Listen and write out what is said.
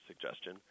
suggestion